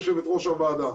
יושבת-ראש הוועדה,